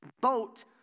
boat